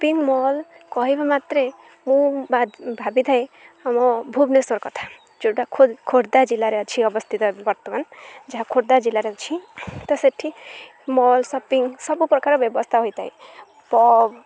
shopping mall କହିବା ମାତ୍ରେ ମୁଁ ଭାବିଥାଏ ଆମ ଭୁବନେଶ୍ୱର କଥା ଯୋଉଟା ଖୋର୍ଦ୍ଧା ଜିଲ୍ଲାରେ ଅଛି ଅବସ୍ଥିତ ବର୍ତ୍ତମାନ ଯାହା ଖୋର୍ଦ୍ଧା ଜିଲ୍ଲାରେ ଅଛି ତ ସେଠି ମଲ୍ ସପିଙ୍ଗ୍ ସବୁ ପ୍ରକାର ବ୍ୟବସ୍ଥା ହୋଇଥାଏ ପବ୍